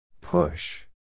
Push